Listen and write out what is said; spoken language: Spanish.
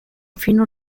fino